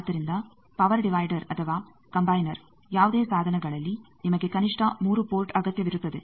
ಆದ್ದರಿಂದ power divider ಅಥವಾ combiner ಯಾವುದೇ ಸಾಧನಗಳಲ್ಲಿ ನಿಮಗೆ ಕನಿಷ್ಠ 3 ಪೋರ್ಟ್ ಅಗತ್ಯವಿರುತ್ತದೆ